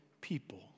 people